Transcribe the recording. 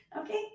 Okay